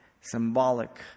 symbolic